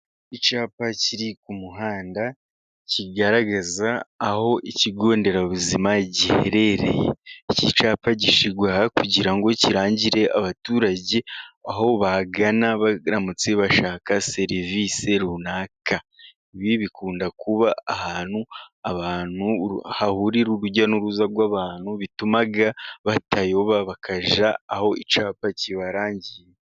Icyapa kiri ku muhanda kigaragaza aho ikigo nderabuzima giherereye, iki cyapa gishyirwa aha, kugira ngo kirangire abaturage aho bagana baramutse bashaka serivisi runaka. Ibi bikunda kuba ahantu abantu, hahurira urujya n'uruza rw'abantu, bituma batayoba bakajya aho icyapa kibarangiye.